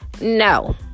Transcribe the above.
no